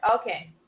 Okay